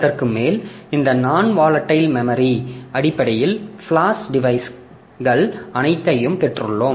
அதற்கு மேல் இந்த நான் வாலடைல் மெமரி அடிப்படையில் ஃபிளாஷ் டிவைஸ்கள் அனைத்தையும் பெற்றுள்ளோம்